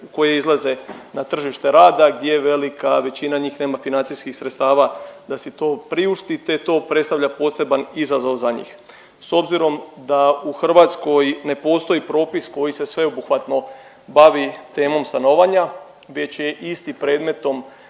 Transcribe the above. koje izlaze na tržište rada gdje velika većina njih nema financijskih sredstava da si to priušti te to predstavlja poseban izazov za njih. S obzirom da u Hrvatskoj ne postoji propis koji se sveobuhvatno bavi temom stanovanja, već je isti predmetom